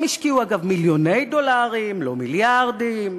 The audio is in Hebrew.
הם השקיעו, אגב, מיליוני דולרים, לא מיליארדים.